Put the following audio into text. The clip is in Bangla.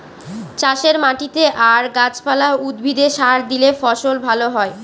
চাষের মাটিতে আর গাছ পালা, উদ্ভিদে সার দিলে ফসল ভালো হয়